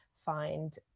find